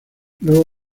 luego